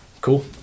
cool